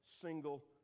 single